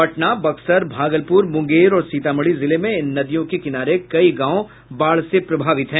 पटना बक्सर भागलपुर मुंगेर और सीतामढ़ी जिले में इन नदियों के किनारे कई गांव बाढ़ से प्रभावित है